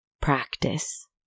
practice